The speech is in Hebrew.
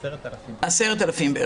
כ-10,000.